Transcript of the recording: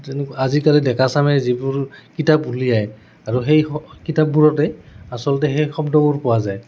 তেনে আজিকালি ডেকাচামে যিবোৰ কিতাপ উলিয়ায় আৰু সেই কিতাপবোৰতে আচলতে সেই শব্দবোৰ পোৱা যায়